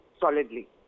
solidly